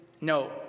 no